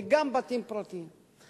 וגם בתים פרטיים.